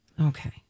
Okay